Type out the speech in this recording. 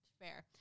fair